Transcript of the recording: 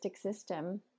system